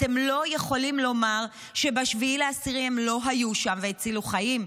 אתם לא יכולים לומר שב-7 באוקטובר הם לא היו שם והצילו חיים.